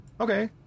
Okay